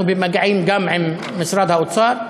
אנחנו במגעים גם עם משרד האוצר.